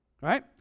Right